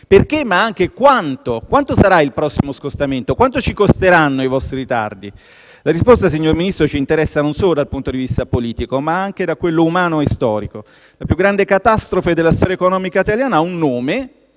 Perché, ma anche quanto? Quanto sarà il prossimo scostamento? Quanto ci costeranno i vostri ritardi? La risposta, signor Ministro, ci interessa non solo dal punto di vista politico, ma anche umano e storico. La più grande catastrofe della storia economica italiana ha un nome,